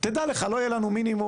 תדע לך לא יהיה לנו מינימום,